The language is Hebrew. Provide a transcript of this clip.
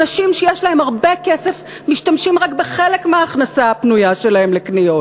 אנשים שיש להם הרבה כסף משתמשים רק בחלק מההכנסה הפנויה שלהם לקניות.